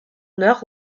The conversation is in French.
nord